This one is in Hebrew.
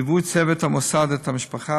ליווי צוות המוסד את המשפחה,